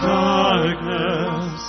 darkness